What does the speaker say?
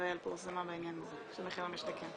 ישראל פורסמה בעניין הזה של 'מחיר למשתכן'.